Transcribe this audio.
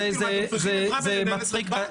אתם צריכים עזרה לנהל את נתב"ג?